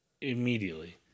Immediately